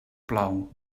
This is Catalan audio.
plou